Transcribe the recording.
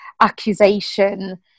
accusation